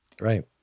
Right